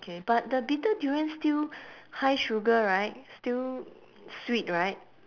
okay but the bitter durian still high sugar right still sweet right